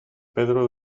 pedro